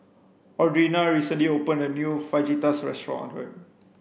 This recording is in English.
Audrina recently opened a new Fajitas